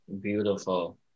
Beautiful